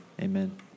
Amen